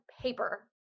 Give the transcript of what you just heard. paper